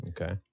okay